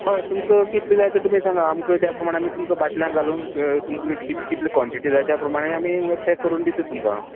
हय तुमकां कितले जाय ते तुमी सांगा आमकां त्या प्रमाणे तुमका बाटल्यां घालून तुमका कितली कितली कोंटिटी जाय त्या प्रमाणे आमी पॅक करून दिता तुमकां